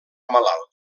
malalt